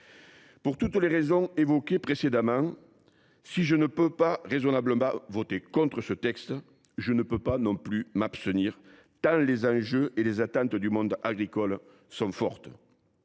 Pour l’ensemble des raisons invoquées précédemment, si je ne peux raisonnablement pas voter contre ce projet de loi, je ne peux pas non plus m’abstenir tant les enjeux et les attentes du monde agricole sont forts.